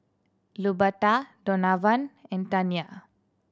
Luberta Donavan and Tania